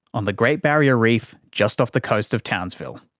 on the great barrier reef, just off the coast of townsville.